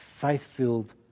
faith-filled